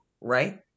right